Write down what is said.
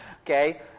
Okay